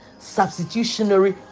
substitutionary